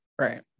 Right